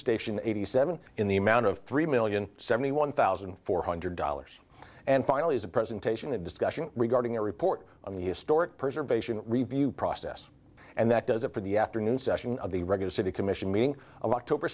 station eighty seven in the amount of three million seventy one thousand four hundred dollars and finally as a presentation a discussion regarding a report on the historic preservation review process and that does it for the afternoon session of the regular city commission meeting october